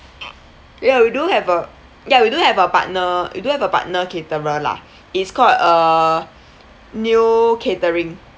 ya we do have a ya we do have a partner we do have a partner caterer lah is called err neo catering